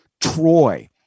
Troy